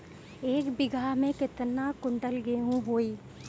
एक बीगहा में केतना कुंटल गेहूं होई?